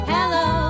Hello